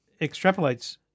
extrapolates